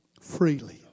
freely